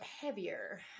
heavier